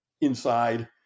inside